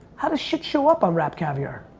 how does shit show up on rap caviar?